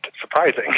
surprising